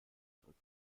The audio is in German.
zurück